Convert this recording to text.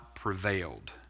prevailed